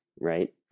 right